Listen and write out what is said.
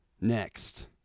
Next